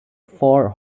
four